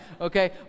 Okay